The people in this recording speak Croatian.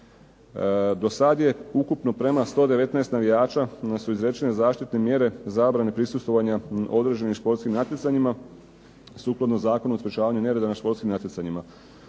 Do sada je ukupno prema 119 navijača su izrečene zaštitne mjere zabrane prisustvovanja na određenim športskim natjecanjima sukladno Zakonu o sprečavanju nereda na športskim natjecanjima.